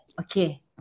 okay